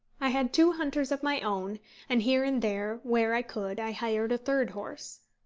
i had two hunters of my own and here and there, where i could, i hired a third horse.